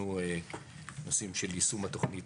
בדקנו נושאים של יישום התוכנית